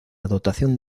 dotación